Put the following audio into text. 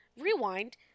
Rewind